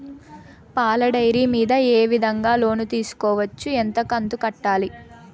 పాల డైరీ మీద ఏ విధంగా లోను తీసుకోవచ్చు? ఎంత కంతు కట్టాలి?